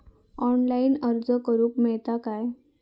Online अर्ज करूक मेलता काय?